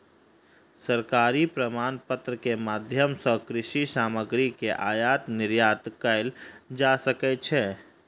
सरकारी प्रमाणपत्र के माध्यम सॅ कृषि सामग्री के आयात निर्यात कयल जा सकै छै